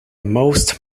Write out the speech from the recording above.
most